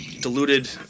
diluted